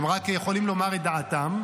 הם רק יכולים לומר את דעתם.